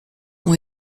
ont